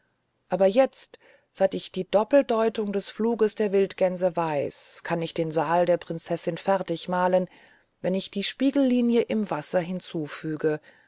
aber jetzt seit ich die doppeldeutung des fluges der wildgänse weiß kann ich den saal der prinzessin fertig malen wenn ich die spiegellinie im wasser hinzufüge